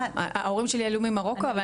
ההורים שלי עלו ממרוקו,